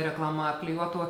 reklama apklijuotų